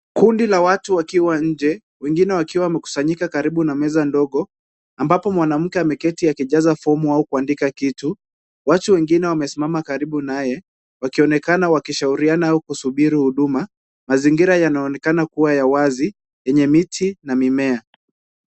Kundi la watu wakiwa nje, wengine wakiwa wamekusanyika karibu na meza ndogo, ambapo mwanamke ameketi akijaza fomu au kuandika kitu. Watu wengine wamesimama karibu naye, wakionekana wakishauriana au kusubiri huduma. Mazingira yanaonekana kuwa ya wazi, yenye miti na mimea.